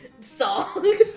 song